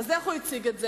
אז איך הוא הציג את זה?